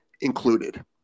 included